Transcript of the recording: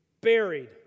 Buried